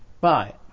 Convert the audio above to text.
bye